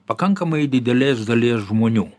pakankamai didelės dalies žmonių